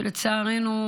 לצערנו,